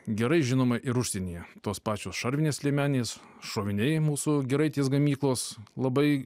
gerai žinoma ir užsienyje tos pačios šarvinės liemenės šoviniai mūsų giraitės gamyklos labai